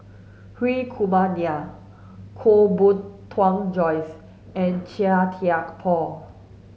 Hri Kumar Nair Koh Bee Tuan Joyce and Chia Thye Poh